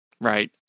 right